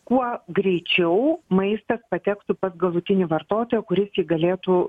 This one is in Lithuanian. kuo greičiau maistas patektų pas galutinį vartotoją kuris jį galėtų